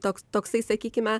toks toksai sakykime